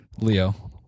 Leo